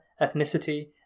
ethnicity